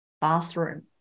bathroom